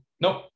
nope